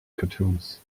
cartoons